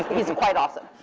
he's and quite awesome.